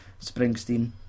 Springsteen